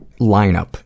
lineup